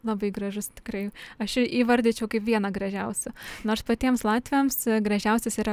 labai gražus tikrai aš jį įvardyčiau kaip vieną gražiausių nors patiems latviams gražiausias yra